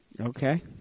Okay